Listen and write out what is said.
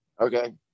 Okay